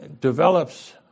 develops